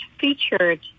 featured